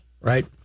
right